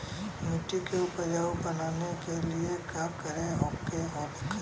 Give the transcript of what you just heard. मिट्टी के उपजाऊ बनाने के लिए का करके होखेला?